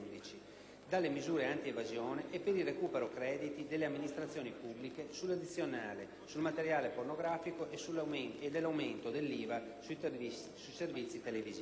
dalle misure antievasione e per il recupero crediti delle amministrazioni pubbliche, dall'addizionale sul materiale pornografico e dall'aumento dell'IVA sui servizi televisivi.